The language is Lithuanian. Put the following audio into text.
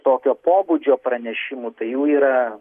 tokio pobūdžio pranešimų tai jų yra